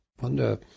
wonder